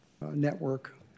network